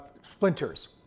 splinters